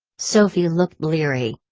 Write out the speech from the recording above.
sophie looked leery.